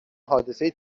حادثه